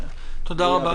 תודה רבה.